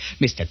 Mr